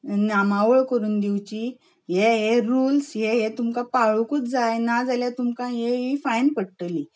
नामावळ करून दिवची हे हे रुल्स हे हे तुमकां पाळुंकूच जाय नाजाल्यार तुमकां हे ही फायन पडटली